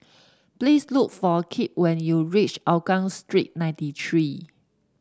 please look for Kipp when you reach Hougang Street ninety three